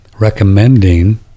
recommending